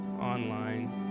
online